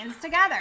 together